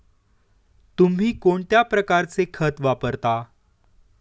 तुम्ही कोणत्या प्रकारचे खत वापरता?